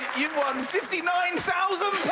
you've won fifty nine thousand